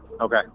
Okay